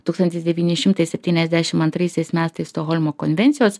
tūkstantis devyni šimtai septyniasdešimt antraisiais metais stokholmo konvencijos